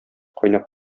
кайнап